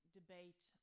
debate